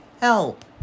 help